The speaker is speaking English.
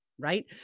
right